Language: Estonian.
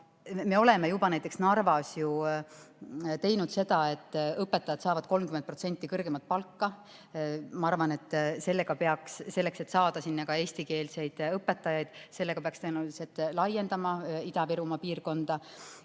Me oleme juba näiteks Narvas teinud seda, et õpetajad saavad 30% kõrgemat palka. Ma arvan, et selleks, et saada sinna eestikeelseid õpetajaid, peaks tõenäoliselt seda Ida-Virumaa piirkonnas